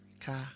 car